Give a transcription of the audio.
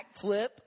backflip